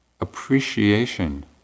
Appreciation